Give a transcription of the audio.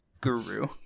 guru